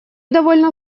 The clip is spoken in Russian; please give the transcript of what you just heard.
довольно